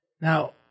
Now